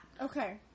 Okay